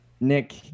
Nick